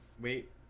Wait